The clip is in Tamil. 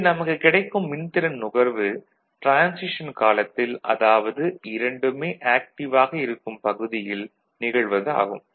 இங்கு நமக்குக் கிடைக்கும் மின்திறன் நுகர்வு டிரான்சிஷன் காலத்தில் அதாவது இரண்டுமே ஆக்டிவ் ஆக இருக்கும் பகுதியில் நிகழ்வது ஆகும்